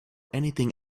anything